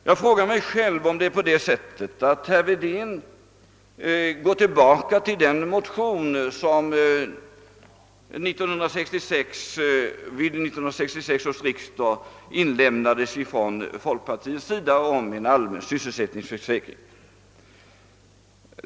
Jag frågar mig om det är så, att herr Wedén går tillbaka till den motion om en allmän =<:sysselsättningsförsäkring, som väcktes av folkpartiet vid 1966 års riksdag.